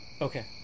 Okay